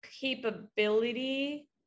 capability